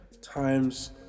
times